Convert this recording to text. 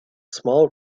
small